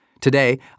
Today